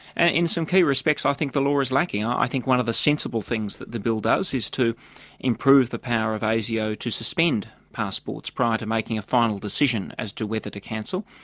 ah in some key respects i think the law is lacking. ah i think one of the sensible things that the bill does is to improve the power of asio to suspend passports prior to making a final decision as to whether to cancel.